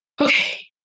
Okay